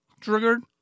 triggered